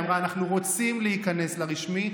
היא אמרה: אנחנו רוצים להיכנס לרשמי.